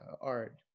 art